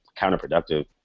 counterproductive